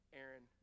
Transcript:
Aaron